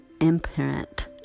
imprint